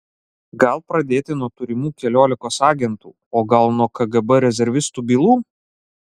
gal pradėti nuo turimų keliolikos agentų o gal nuo kgb rezervistų bylų